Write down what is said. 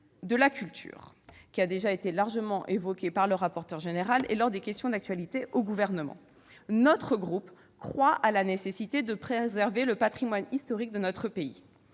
de la culture, qui a déjà été largement évoqué par le rapporteur général et lors des questions d'actualité au Gouvernement. Notre groupe croit à la nécessité de préserver le patrimoine historique de notre pays.